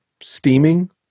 steaming